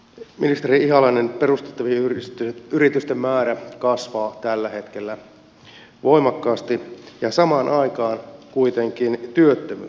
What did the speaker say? ministeri ihalainen perustettavien yritysten määrä kasvaa tällä hetkellä voimakkaasti ja samaan aikaan kuitenkin työttömyys kasvaa